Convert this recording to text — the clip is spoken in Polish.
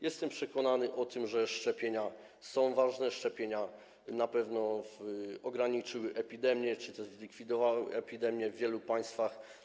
Jestem przekonany o tym, że szczepienia są ważne, szczepienia na pewno ograniczyły czy też zlikwidowały epidemie w wielu państwach.